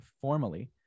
formally